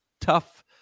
tough